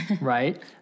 Right